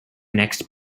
next